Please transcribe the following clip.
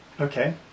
Okay